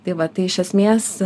tai va tai iš esmės